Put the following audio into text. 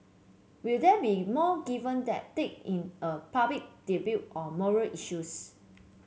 will there be in more given that take in a public on moral issues